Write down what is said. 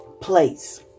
place